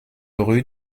rue